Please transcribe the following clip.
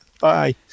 Bye